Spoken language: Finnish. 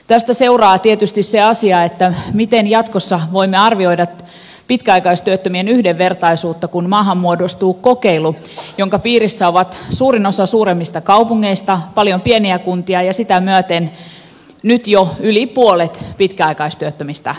tästä seuraa tietysti se asia että miten jatkossa voimme arvioida pitkäaikaistyöttömien yhdenvertaisuutta kun maahan muodostuu kokeilu jonka piirissä on suurin osa suurimmista kaupungeista paljon pieniä kuntia ja sitä myöten nyt jo yli puolet pitkäaikaistyöttömistä suomalaisista